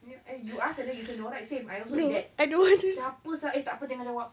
eh you ask and then you say no right same I also did that siapa [sial] eh tak apa jangan jawab